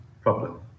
problem